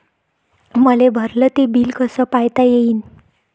मले भरल ते बिल कस पायता येईन?